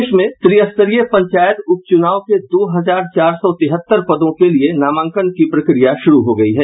प्रदेश में त्रिस्तरीय पंचायत उप चुनाव के दो हजार चार सौ तिहत्तर पदों के लिए नामांकन की प्रक्रिया शुरु हो गयी है